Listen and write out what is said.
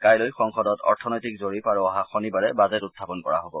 কাইলৈ সংসদত অৰ্থনৈতিক জৰীপ আৰু অহা শনিবাৰে বাজেট উখাপন কৰা হব